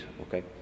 okay